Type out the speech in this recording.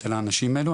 אצל האנשים האלו,